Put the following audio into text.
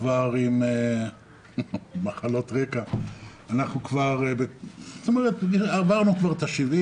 כבר עם מחלות רקע, עברנו כבר את ה-70.